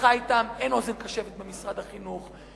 מהשיחה אתם עולה שאין אוזן קשבת במשרד החינוך,